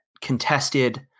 contested